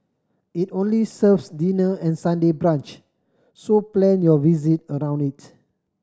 it only serves dinner and Sunday brunch so plan your visit around it